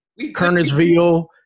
Kernersville